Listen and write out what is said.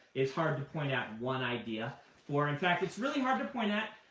it's hard to point out one idea for. in fact, it's really hard to point out